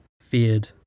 feared